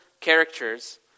characters